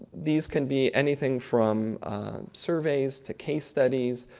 these can be anything from surveys to case studies,